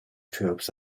troops